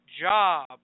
Job